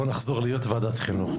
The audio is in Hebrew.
בוא נחזור להיות ועדת חינוך,